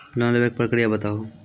Loan लेवे के प्रक्रिया बताहू?